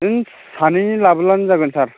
जों सानैनि लाबोबानो जागोन सार